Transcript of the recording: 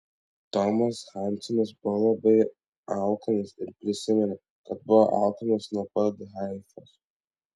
tomas hadsonas buvo labai alkanas ir prisiminė kad buvo alkanas nuo pat haifos